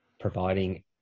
providing